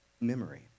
memory